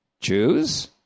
Jews